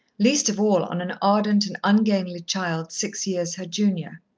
least of all on an ardent and ungainly child, six years her junior.